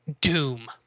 doom